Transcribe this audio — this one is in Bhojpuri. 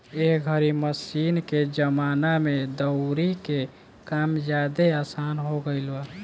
एह घरी मशीन के जमाना में दउरी के काम ज्यादे आसन हो गईल बा